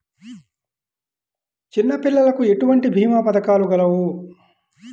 చిన్నపిల్లలకు ఎటువంటి భీమా పథకాలు కలవు?